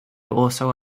also